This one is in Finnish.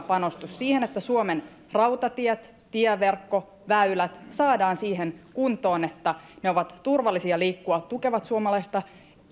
panostus siihen että suomen rautatiet tieverkko väylät saadaan siihen kuntoon että ne ovat turvallisia liikkua tukevat suomalaista